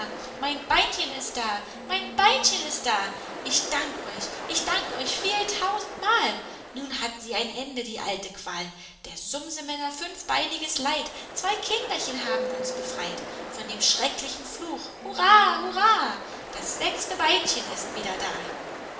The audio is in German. mein beinchen ist da mein beinchen ist da ich dank euch ich dank euch viel tausendmal nun hat sie ein ende die alte qual der sumsemänner fünfbeiniges leid zwei kinderchen haben uns befreit von dem schrecklichen fluch hurra hurra das sechste beinchen ist wieder da